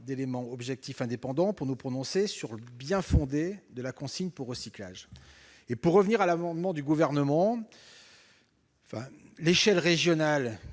d'éléments objectifs indépendants pour nous prononcer sur le bien-fondé de la consigne pour recyclage. Pour revenir à l'amendement du Gouvernement, l'échelle régionale